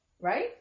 Right